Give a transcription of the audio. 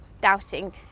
doubting